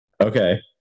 Okay